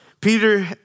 Peter